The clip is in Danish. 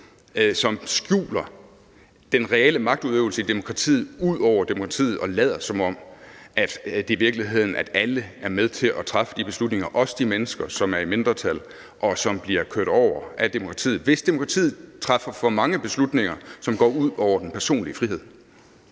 som skjuler den reelle magtudøvelse i demokratiet, ud over demokratiet og lader, som om det er virkeligheden, at alle er med til træffe de beslutninger. Også de mennesker, som er i mindretal, og som bliver kørt over af demokratiet, hvis demokratiet træffer for mange beslutninger, som går ud over den personlige frihed.